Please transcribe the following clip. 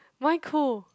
why cold